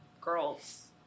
girls